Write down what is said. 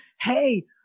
hey